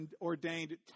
ordained